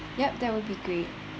ya that would be great